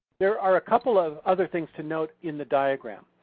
there are a couple of other things to note in the diagram.